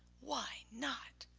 why not?